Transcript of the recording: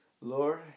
Lord